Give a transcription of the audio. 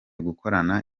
gukorana